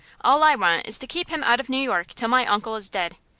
all i want is to keep him out of new york till my uncle is dead.